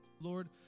Lord